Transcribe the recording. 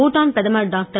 பூட்டான் பிரதமர் டாக்டர்